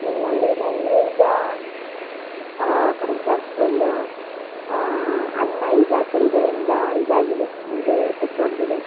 ಇನ್ನೊಂದು ಏನಂದರೆ ಈಗ ಫಾರ್ ಎಕ್ಸಾಂಪಲ್ ಅನ್ನ ಈಗ ಕೆಳ್ಗಡೆಯಿಂದ ಇದಾಗಿದೆ ಅಂದರೆ ಸುಟ್ಟೋಗಿದೆ